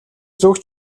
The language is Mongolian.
зүг